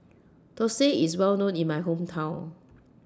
Thosai IS Well known in My Hometown